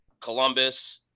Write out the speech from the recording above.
Columbus